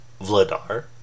Vladar